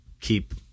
keep